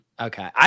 Okay